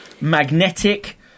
magnetic